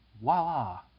voila